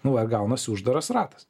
nu va ir gaunasi uždaras ratas